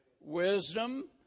Wisdom